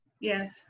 Yes